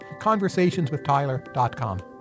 conversationswithtyler.com